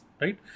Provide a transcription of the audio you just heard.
right